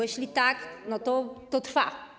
Jeśli tak, to to trwa.